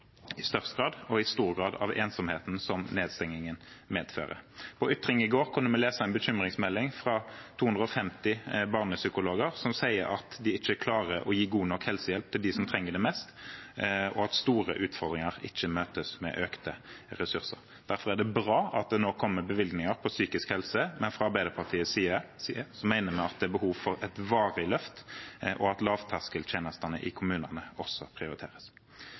i størst grad og i stor grad av ensomheten som nedstengingen medfører. På Ytring i går kunne vi lese en bekymringsmelding fra 250 barnepsykologer, som sier at de ikke klarer å gi god nok helsehjelp til dem som trenger det mest, og at store utfordringer ikke møtes med økte ressurser. Derfor er det bra at det nå kommer bevilgninger til psykisk helse, men fra Arbeiderpartiets side mener vi at det er behov for et varig løft, og at lavterskeltjenestene i kommunene også prioriteres.